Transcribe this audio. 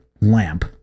lamp